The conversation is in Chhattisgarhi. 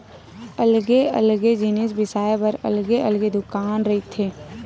अलगे अलगे जिनिस बिसाए बर अलगे अलगे दुकान रहिथे